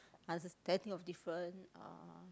did I think of different uh